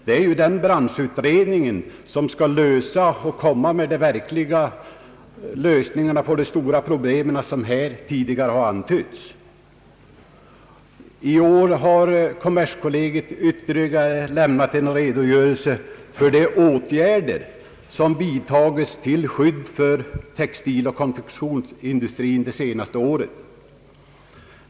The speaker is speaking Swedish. Det är ju en utredning som skall komma med de verkliga lösningarna på de stora problem som här har antytts. I år har kommerskollegium ånyo lämnat en redogörelse för de åtgärder som vidtagits till skydd för textiloch konfektionsindustrin det senaste året.